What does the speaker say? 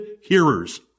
hearers